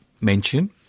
mention